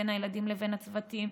אם זה בין הילדים לבין הצוותים,